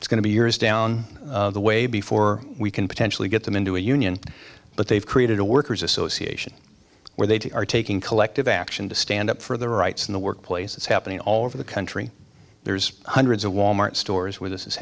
it's going to be years down the way before we can potentially get them into a union but they've created a workers association where they are taking collective action to stand up for their rights in the workplace it's happening all over the country there's hundreds of wal mart stores where this is